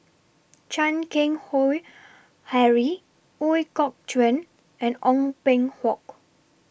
Chan Keng Howe Harry Ooi Kok Chuen and Ong Peng Hock